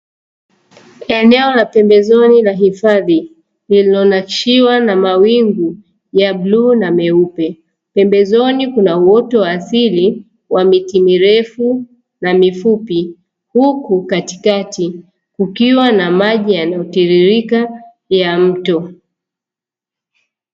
Eneo la pembezoni la hifadhi lililonakshiwa na mawingu ya bluu na meupe, pembezoni kuna uoto wa asili wa miti mirefu na mifupi huku katikati kukiwa na maji yanayotiririka ya mto.